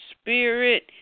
spirit